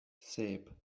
sep